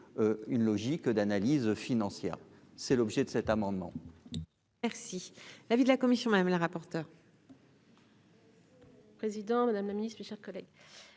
une logique d'analyse financière, c'est l'objet de cet amendement. Merci l'avis de la commission madame la rapporteure. Président Madame la Ministre, mes chers collègues,